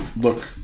look